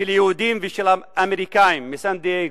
של יהודים ושל אמריקנים מסן-דייגו.